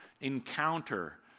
encounter